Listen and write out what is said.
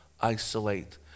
isolate